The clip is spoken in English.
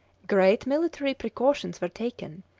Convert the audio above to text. great military precautions were taken,